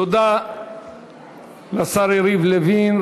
תודה לשר יריב לוין.